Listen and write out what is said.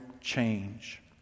change